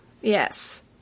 Yes